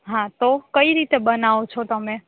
હાતો કઈ રીતે બનાવો છો તમે